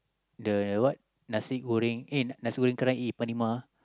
the the what nasi-goreng nasi-goreng-kerang eat at Panema